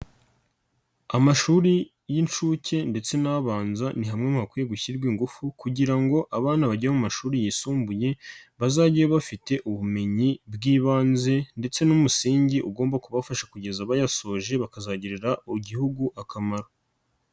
Amashuri y'inshuke ndetse n'abanza ni hamwe mu hakwiye gushyirwa ingufu kugira ngo abana bagiye mu mashuri yisumbuye bazajyeyo bafite ubumenyi bw'ibanze ndetse n'umusingi ugomba kubafasha kugeza abayasoje bakazagirira Igihugu akamaro.